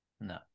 No